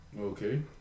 Okay